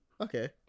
Okay